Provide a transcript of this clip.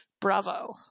bravo